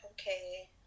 okay